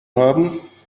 haben